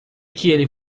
que